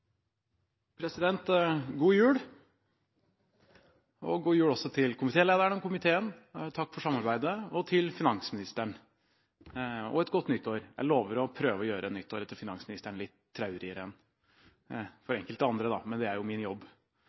God jul, president. God jul også til komitélederen og komiteen – og til finansministeren. Takk for samarbeidet og et godt nytt år. Jeg lover å prøve å gjøre det nye året til finansministeren litt traurigere – og for enkelte andre, da, men det er jo min jobb.